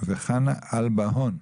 וחנה אלאבהון,